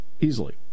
Easily